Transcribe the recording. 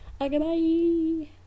goodbye